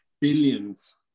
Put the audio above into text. billions